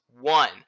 One